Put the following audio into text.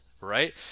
right